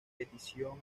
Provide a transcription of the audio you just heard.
petición